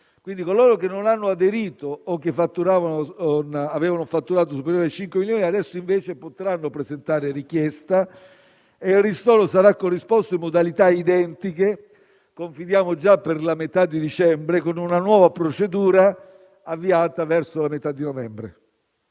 fondo perduto, in quanto avevano un fatturato superiore ai 5 milioni di euro, adesso invece potranno presentare richiesta e il ristoro sarà corrisposto in modalità identiche - confidiamo già per la metà di dicembre - con una nuova procedura avviata verso la metà di novembre.